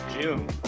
June